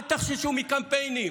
אל תחששו מקמפיינים.